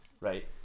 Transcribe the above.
Right